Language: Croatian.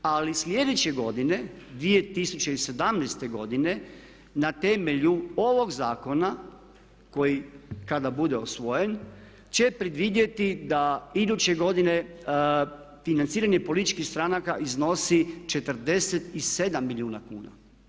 Ali sljedeće godine 2017. godine na temelju ovog zakona koji kada bude usvojen će predvidjeti da iduće godine financiranje političkih stranaka iznosi 47 milijuna kuna.